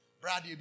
Brad